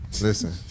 Listen